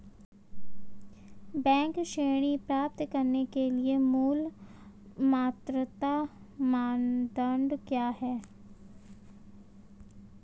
Bank ऋण प्राप्त करने के लिए मूल पात्रता मानदंड क्या हैं?